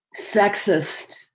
sexist